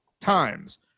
times